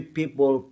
people